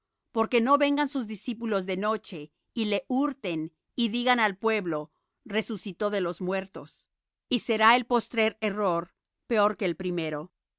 vengan sus discípulos de noche y le hurten y digan al pueblo resucitó de los muertos y será el postrer error peor que el primero